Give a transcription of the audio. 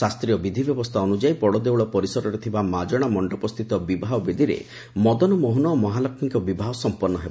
ଶାସୀୟ ବିଧବ୍ୟବସ୍ସା ଅନୁଯାୟୀ ବଡ଼ଦେଉଳ ପରିସରରେ ଥିବା ମାଜଶା ମଣ୍ଡପସ୍ଷ୍ତିତ ବିବାହ ବେଦୀରେ ମଦନମୋହନ ଓ ମହାଲକ୍ଷୀଙ୍କ ବିବାହ ସଂପନ୍ନ ହେବ